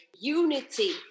Unity